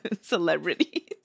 celebrities